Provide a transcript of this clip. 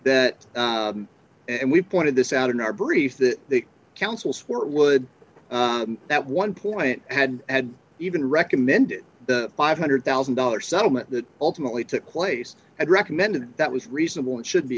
that and we pointed this out in our brief that the council support would that one point had had even recommended the five hundred thousand dollars settlement that ultimately took place and recommended that was reasonable and should be